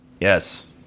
Yes